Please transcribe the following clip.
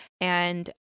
And-